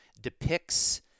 depicts